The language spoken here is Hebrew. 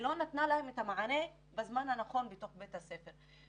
לא נתנה להם את המענה בזמן הנכון בתוך בית הספר.